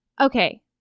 Okay